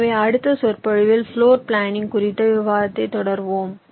எனவே அடுத்த சொற்பொழிவில் ப்ளோர் பிளானிங் குறித்த விவாதத்தைத் தொடர்வோம்